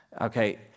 Okay